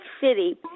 City –